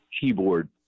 keyboard